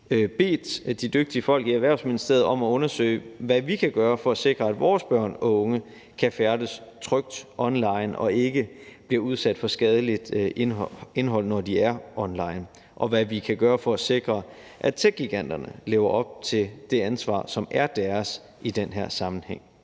bedt de dygtige folk i Erhvervsministeriet om at undersøge, hvad vi kan gøre for at sikre, at vores børn og unge kan færdes trygt online og de ikke bliver udsat for skadeligt indhold, når de er online, og hvad vi kan gøre for at sikre, at techgiganterne lever op til det ansvar, som er deres i den her sammenhæng.